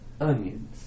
Onions